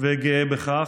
וגאה בכך,